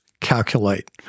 calculate